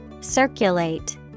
Circulate